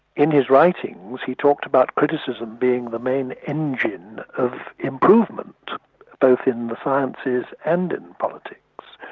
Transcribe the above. in his writings, he talked about criticism being the main engine of improvement both in the sciences and in politics,